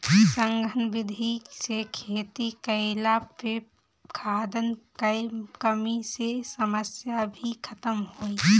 सघन विधि से खेती कईला पे खाद्यान कअ कमी के समस्या भी खतम होई